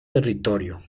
territorio